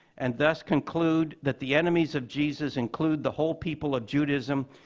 and thus conclude that the enemies of jesus include the whole people of judaism?